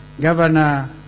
Governor